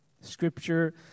Scripture